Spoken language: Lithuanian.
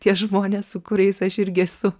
tie žmonės su kuriais aš irgi esu